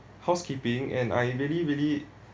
housekeeping and I really really